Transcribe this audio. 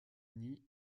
nid